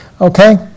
Okay